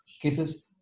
cases